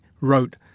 wrote